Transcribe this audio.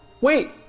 Wait